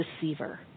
deceiver